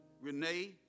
Renee